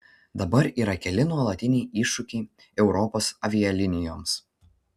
dabar yra keli nuolatiniai iššūkiai europos avialinijoms